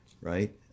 right